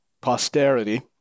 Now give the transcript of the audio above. posterity